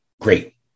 great